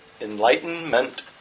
enlightenment